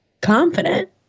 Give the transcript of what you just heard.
confident